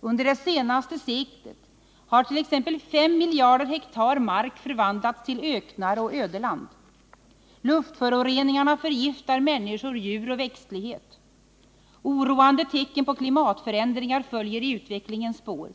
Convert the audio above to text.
Under det senaste seklet hart.ex. 5 miljarder hektar mark förvandlats till öknar och ödeland. Luftföroreningarna förgiftar människor, djur och växtlighet. Oroande tecken på klimatförändringar följer i utvecklingens spår.